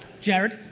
jared.